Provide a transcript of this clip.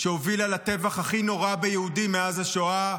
שהובילה לטבח הכי נורא ביהודים מאז השואה,